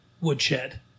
Woodshed